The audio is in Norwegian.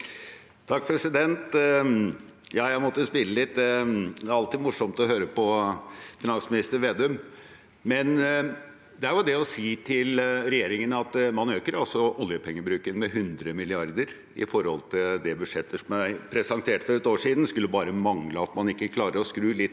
(FrP) Jeg måtte smi- le litt. Det er alltid morsomt å høre på finansminister Vedum. Men det er jo det å si til regjeringen at man øker altså oljepengebruken med 100 mrd. kr i forhold til det budsjettet som ble presentert for ett år siden. Det skulle bare mangle at man ikke klarer å skru litt